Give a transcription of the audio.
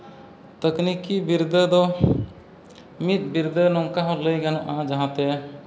ᱛᱟᱹᱠᱱᱤᱠᱤ ᱵᱤᱨᱫᱟᱹ ᱫᱚ ᱢᱤᱫ ᱵᱤᱨᱫᱟᱹ ᱱᱚᱝᱠᱟ ᱦᱚᱸ ᱞᱟᱹᱭ ᱜᱟᱱᱚᱜᱼᱟ ᱡᱟᱦᱟᱸᱛᱮ